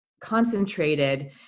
concentrated